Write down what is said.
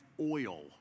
oil